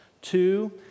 two